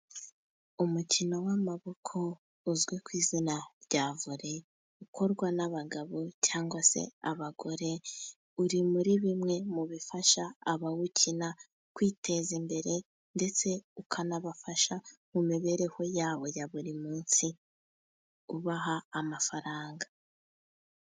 Umukino w'amaboko uzwi ku izina rya vore ukundwa n'abagabo cyangwa se abagore, uri muri bimwe mu bifasha abawukina kwiteza imbere, ndetse ukanabafasha mu mibereho yabo ya buri munsi, ubaha amafaranga.